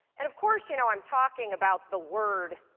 and of course you know i'm talking about the word